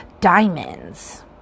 diamonds